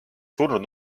surnud